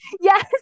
Yes